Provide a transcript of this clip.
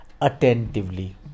attentively